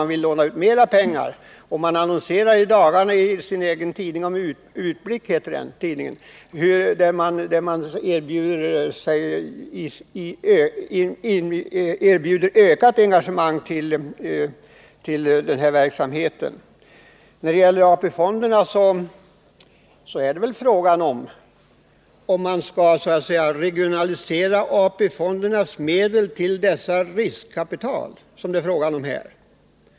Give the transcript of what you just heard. Man vill låna ut mer pengar. Man annonserar i dagarna i sin egen tidning Utblick och erbjuder ökat engagemang i denna verksamhet. När det gäller AP-fonderna är väl frågan om man verkligen skall så att säga regionalisera AP-fondernas medel till riskkapital, som det ju är fråga om här.